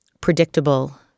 predictable